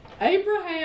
Abraham